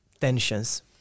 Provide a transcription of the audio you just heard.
tensions